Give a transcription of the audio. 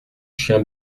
chien